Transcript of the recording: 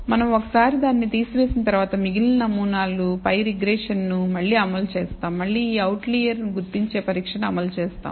మనం ఒకసారి దానిని తీసివేసిన తర్వాత మిగిలిన నమూనాలు పై రిగ్రెషన్ను మళ్లీ అమలు చేస్తాము మళ్ళీ ఈ అవుట్లియర్ గుర్తించే పరీక్షను అమలు చేస్తాం